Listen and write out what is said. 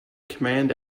command